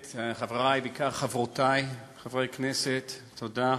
חברי, בעיקר חברותי, חברי כנסת, תודה.